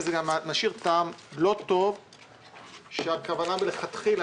זה גם משאיר טעם לא טוב ,שהכוונה מלכתחילה